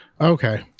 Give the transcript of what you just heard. Okay